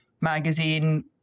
magazine